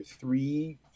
three